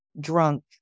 drunk